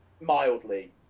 mildly